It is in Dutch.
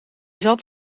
zat